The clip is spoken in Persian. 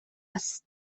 است